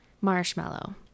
marshmallow